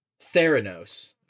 Theranos